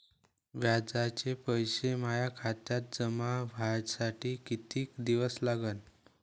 व्याजाचे पैसे माया खात्यात जमा व्हासाठी कितीक दिवस लागन?